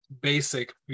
basic